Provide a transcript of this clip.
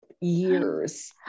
years